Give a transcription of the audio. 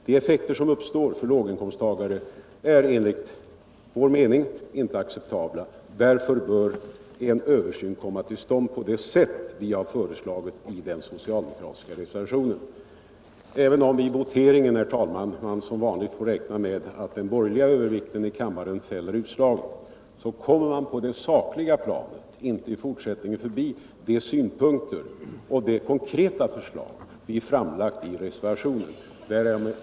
De effekter som uppstår för låginkomsttagare är enligt vår åsikt inte acceptabla. Därför bör en översyn komma till stånd på det sätt som vi har föreslagit i den socialdemokratiska reservationen. Även om vi vid voteringen, herr talman, som vanligt får räkna med att den borgerliga övervikten i kammaren fäller utslaget, kommer man på det sakliga planet i fortsättningen inte förbi de synpunkter och det konkreta förslag vi framlagt i reservationen.